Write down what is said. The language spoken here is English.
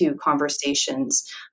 conversations